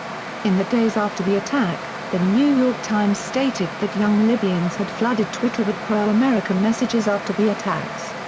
in the days after the attack, the new york times stated that young libyans had flooded twitter with pro-american messages after the attacks.